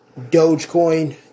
Dogecoin